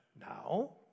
now